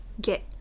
get